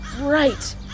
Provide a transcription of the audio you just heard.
right